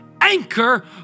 anchor